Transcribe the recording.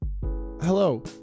hello